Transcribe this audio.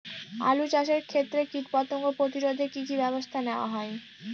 আলু চাষের ক্ষত্রে কীটপতঙ্গ প্রতিরোধে কি কী ব্যবস্থা নেওয়া হয়?